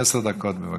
עשר דקות, בבקשה.